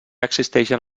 existeixen